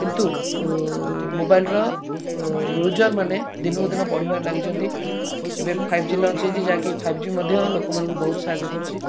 କିନ୍ତୁ ମୋବାଇଲ୍ର ୟୁଜର୍ ମାନେ ଦିନକୁ ଦିନ ବଢ଼ିବାରେ ଲାଗିଛନ୍ତି ଏବେ ଫାଇବ୍ ଜି ଲଞ୍ଚ ହୋଇଛି ଯାହାକି ଫାଇବ୍ ଜି ମଧ୍ୟ ଲୋକମାନଙ୍କୁ ବହୁତ ସାହଯ୍ୟ କରୁଛି